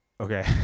Okay